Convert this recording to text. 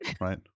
Right